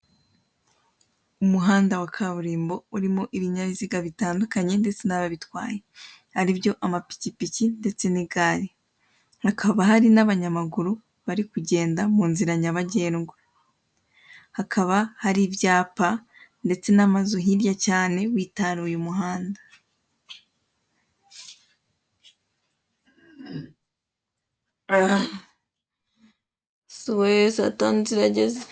Inyubako nini ikorerwamo ibikorwa bitandukanye; 1irimo amabara y'umuhondo, umukara ndetse n'ubururu; ni ahantu hacururizwa imiti itandukanye yiganjemo ibinini ndetse n'iyo kunywa.